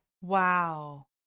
Wow